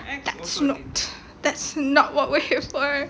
that's not that's not what we're here for